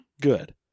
Good